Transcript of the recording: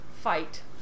fight